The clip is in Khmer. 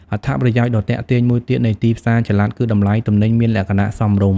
អត្ថប្រយោជន៍ដ៏ទាក់ទាញមួយទៀតនៃទីផ្សារចល័តគឺតម្លៃទំនិញមានលក្ខណៈសមរម្យ។